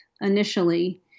initially